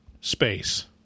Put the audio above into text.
space